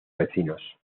vecinos